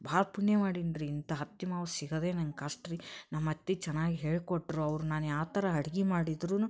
ಭಾಳ ಪುಣ್ಯ ಮಾಡೀನಿ ರೀ ಇಂಥ ಅತ್ತಿ ಮಾವ ಸಿಗೋದೇ ನಂಗೆ ಕಷ್ಟ ರೀ ನಮ್ಮ ಅತ್ತೆ ಚೆನ್ನಾಗಿ ಹೇಳಿಕೊಟ್ರು ಅವ್ರು ನಾನು ಯಾವ ಥರ ಅಡಿಗೆ ಮಾಡಿದ್ರೂನೂ